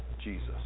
Jesus